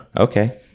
okay